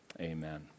Amen